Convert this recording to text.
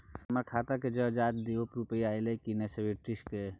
हमर खाता के ज जॉंच दियो रुपिया अइलै की नय सब्सिडी के?